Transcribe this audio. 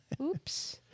Oops